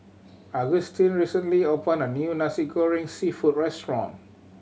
Agustin recently opened a new Nasi Goreng Seafood restaurant